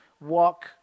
walk